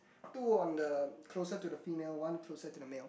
two on the closer to the female one closer to the male